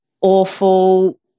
awful